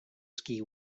ski